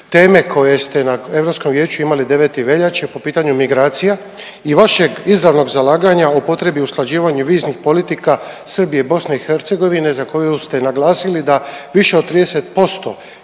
teme koju ste na Europskom vijeću imali 9. veljače po pitanju migracija i vašeg izravnog zalaganja o potrebi usklađivanja viznih politika Srbije i BiH za koju ste naglasili da više od 30%